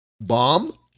Bomb